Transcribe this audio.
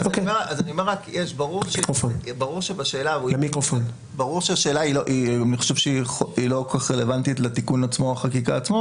אני חושב שברור שהשאלה לא כל כך רלוונטית לתיקון החקיקה עצמו